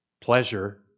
pleasure